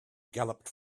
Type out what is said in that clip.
galloped